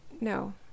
No